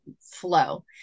flow